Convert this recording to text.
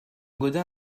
gaudin